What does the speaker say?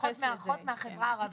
מארחות מהחברה הערבית.